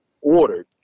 ordered